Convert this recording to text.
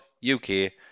U-K